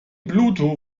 pluto